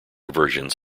versions